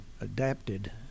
adapted